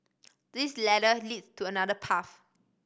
this ladder leads to another path